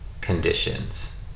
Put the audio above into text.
conditions